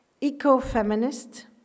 eco-feminist